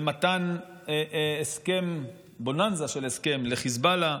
של מתן הסכם, בוננזה של הסכם, לחיזבאללה.